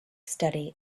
study